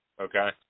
Okay